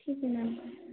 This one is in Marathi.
ठीक आहे मॅम